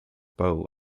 bow